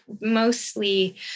mostly